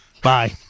Bye